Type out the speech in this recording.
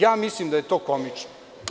Ja mislim da je to komično.